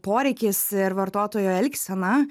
poreikis ir vartotojo elgsena